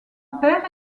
père